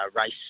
race